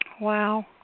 Wow